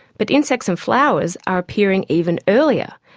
but insects and flowers are appearing even earlier,